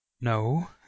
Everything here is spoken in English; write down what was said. No